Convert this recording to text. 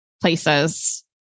places